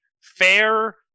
fair